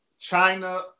China